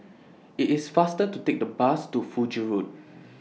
IT IS faster to Take The Bus to Fiji Road